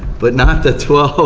but not the twelve